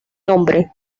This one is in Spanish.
nombre